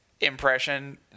impression